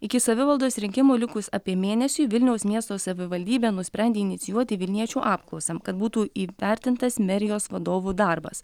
iki savivaldos rinkimų likus apie mėnesiui vilniaus miesto savivaldybė nusprendė inicijuoti vilniečių apklausą kad būtų įvertintas merijos vadovų darbas